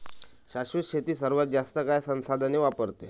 शाश्वत शेती सर्वात जास्त काळ संसाधने वापरते